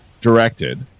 directed